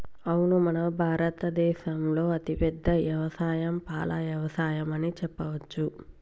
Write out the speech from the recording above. అవును మన భారత దేసంలో అతిపెద్ద యవసాయం పాల యవసాయం అని చెప్పవచ్చు